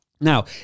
Now